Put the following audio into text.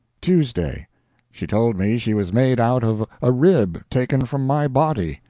tuesday she told me she was made out of a rib taken from my body.